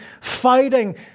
fighting